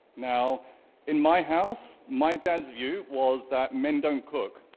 now in my house, my dad's view was that men don't cook,